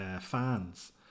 fans